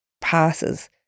passes